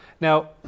Now